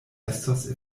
estos